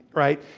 right?